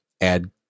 add